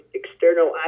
external